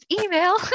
email